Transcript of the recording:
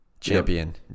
Champion